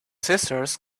scissors